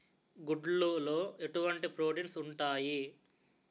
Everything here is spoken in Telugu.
గుడ్లు లో ఎటువంటి ప్రోటీన్స్ ఉంటాయి?